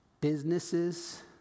businesses